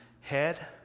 head